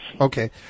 Okay